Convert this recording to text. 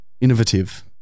Innovative